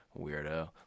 weirdo